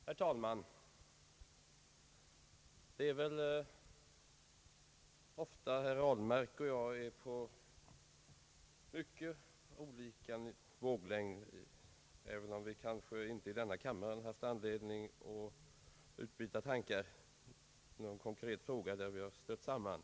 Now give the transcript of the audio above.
Herr talman! Det är väl ofta herr Ahlmark och jag är på mycket olika våglängd, även om vi kanske inte i denna kammare har haft anledning att utbyta tankar i någon konkret fråga där vi har stött samman.